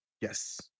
Yes